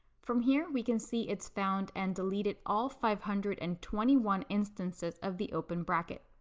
from here we can see it's found and deleted all five hundred and twenty one instances of the open bracket.